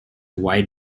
wide